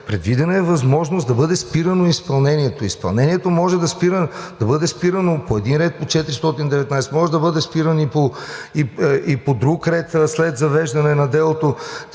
практика – възможност да бъде спирано изпълнението. Изпълнението може да бъде спирано по един ред по чл. 419, може да бъде спирано и по друг ред след завеждане на делото.